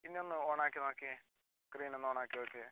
ഇനി ഒന്ന് ഓണ് ആക്കി നോക്കിയേ സ്ക്രീൻ ഒന്ന് ഓണ് ആക്കി നോക്കിയേ